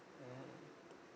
mmhmm